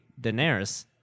Daenerys